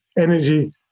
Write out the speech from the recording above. energy